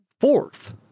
fourth